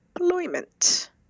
employment